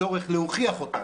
הצורך להוכיח אותן.